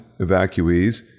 evacuees